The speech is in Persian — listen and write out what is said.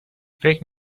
فکر